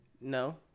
No